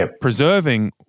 preserving